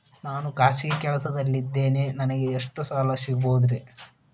ನಾನು ಖಾಸಗಿ ಕೆಲಸದಲ್ಲಿದ್ದೇನೆ ನನಗೆ ಎಷ್ಟು ಸಾಲ ಸಿಗಬಹುದ್ರಿ?